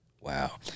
Wow